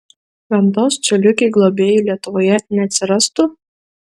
ventos coliukei globėjų lietuvoje neatsirastų